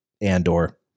Andor